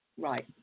Right